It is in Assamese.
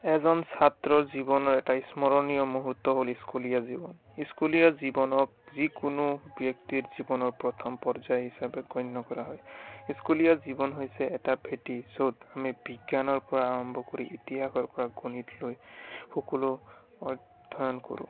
এজন ছাত্ৰৰ জীৱনৰ এটা স্মৰণীয় মূহুৰ্ত হ'ল স্কুলীয়া জীৱন স্কুলীয়া জীৱনক যিকোনো ব্যক্তিৰ জীৱনৰ প্ৰথম পৰ্যায় হিচাপে গণ্য কৰা হয় স্কুলীয়া জীৱন হৈছে এটা ভেঁটি য'ত আমি বিজ্ঞানৰ পৰা আৰম্ভ কৰি ইতিহাসৰ পৰা গণিতলৈ সকলো অধ্যয়ন কৰোঁ